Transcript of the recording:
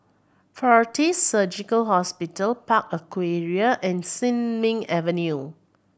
Fortis Surgical Hospital Park Aquaria and Sin Ming Avenue